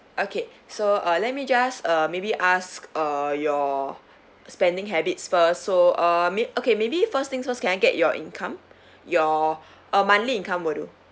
okay so uh let me just uh maybe ask uh your spending habits first so uh may okay maybe first things first can I get your income your uh monthly income will do